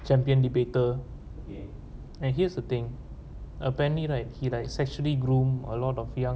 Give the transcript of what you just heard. champion debater and here's the thingapparently right he like sexually groom a lot of young